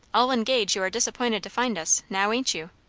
i'll engage you are disappointed to find us now, ain't you?